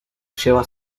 lleva